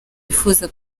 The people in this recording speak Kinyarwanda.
yifuza